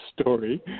story